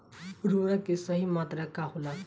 उर्वरक के सही मात्रा का होला?